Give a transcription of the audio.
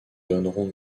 donneront